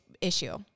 issue